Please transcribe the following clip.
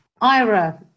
Ira